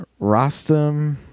Rostam